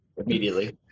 immediately